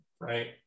right